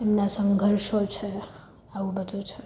એમના સંઘર્ષો છે આવું બધુ છે